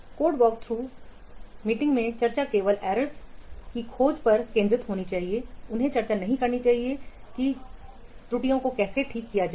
code walkthrough बैठक में चर्चा केवल एरर्स त्रुटियों की खोज पर केंद्रित होनी चाहिए उन्हें चर्चा नहीं करनी चाहिए कि चर्चा की गई त्रुटियों को कैसे ठीक किया जाए